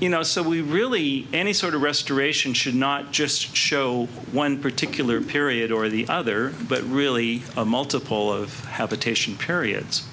you know so we really any sort of restoration should not just show one particular period or the other but really a multiple of habitation periods